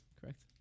correct